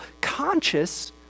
conscious